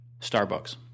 Starbucks